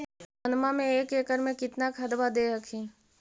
धनमा मे एक एकड़ मे कितना खदबा दे हखिन?